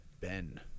Ben